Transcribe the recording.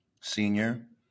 senior